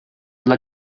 dla